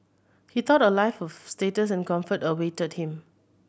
he thought a life of status and comfort awaited him